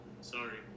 sorry